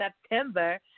September